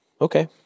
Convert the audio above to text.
okay